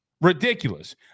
Ridiculous